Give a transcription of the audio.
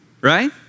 right